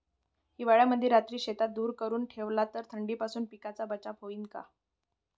हिवाळ्यामंदी रात्री शेतात धुर करून ठेवला तर थंडीपासून पिकाचा बचाव होईन का?